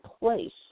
place